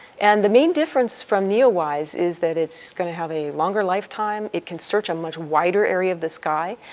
and the main difference from neowise is that it's going to have a longer lifetime, it can search a much wider area of the sky,